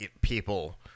people